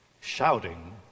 shouting